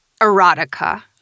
erotica